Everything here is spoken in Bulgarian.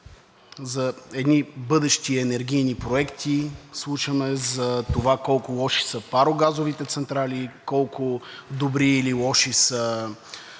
за едни бъдещи енергийни проекти, слушаме за това колко лоши са парогазовите централи, колко добри или лоши са